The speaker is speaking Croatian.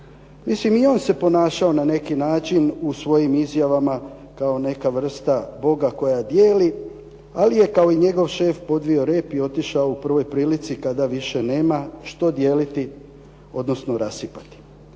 Mislim i on se ponašao na neki način u svojim izjavama kao neka vrsta boga koji dijeli, ali je kao i njego šef podvio rep i otišao u prvoj prilici kada više nema što dijeliti, odnosno rasipati.